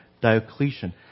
Diocletian